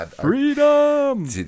freedom